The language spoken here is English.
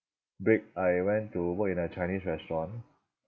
break I went to work in a chinese restaurant